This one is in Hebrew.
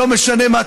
לא משנה מה טיבה,